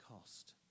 cost